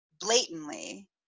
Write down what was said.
blatantly